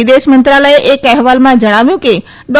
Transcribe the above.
વિદેશ મંત્રાલયે એક અહેવાલમાં જણાવ્યું કે ડા